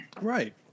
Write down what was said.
Right